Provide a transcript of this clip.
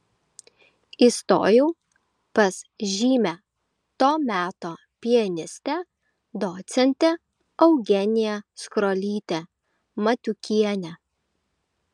įstojau pas žymią to meto pianistę docentę eugeniją skrolytę matiukienę